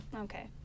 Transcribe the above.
Okay